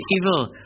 evil